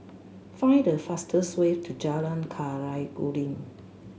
find the fastest way to Jalan Khairuddin